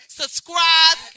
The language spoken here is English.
subscribe